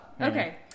okay